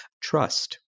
trust